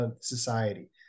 society